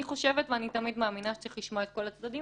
אני חושבת ואני תמיד מאמינה שצריך לשמוע את כל הצדדים.